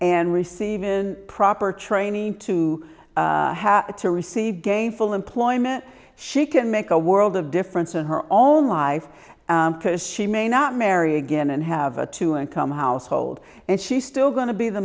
and receive proper training to have to receive gainful employment she can make a world of difference in her own life because she may not marry again and have a two income household and she's still going to be the